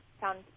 found